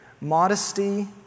modesty